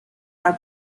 are